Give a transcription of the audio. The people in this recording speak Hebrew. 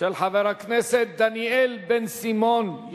של חבר הכנסת דניאל בן-סימון.